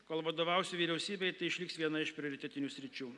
kol vadovausiu vyriausybei išliks viena iš prioritetinių sričių